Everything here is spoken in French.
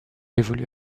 évolue